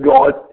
God